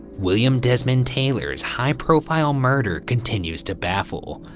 william desmond taylor's high profile murder continues to baffle.